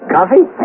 Coffee